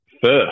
first